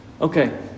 Okay